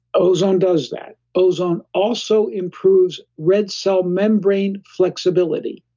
ozone does that ozone also improves red cell membrane flexibility,